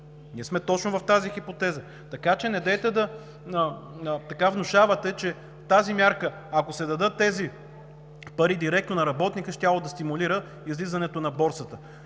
ние сме точно в тази хипотеза. Така че недейте да внушавате, че по тази мярка, ако парите се дадат директно на работника, щяло да стимулира излизането на Борсата.